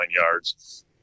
yards